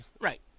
Right